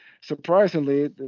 surprisingly